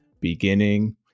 beginning